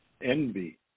Envy